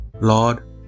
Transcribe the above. Lord